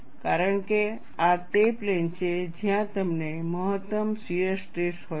કારણ કે આ તે પ્લેન છે જ્યાં તમને મહત્તમ શીયર સ્ટ્રેસ હોય છે